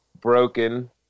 broken